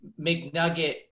McNugget